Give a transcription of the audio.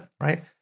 Right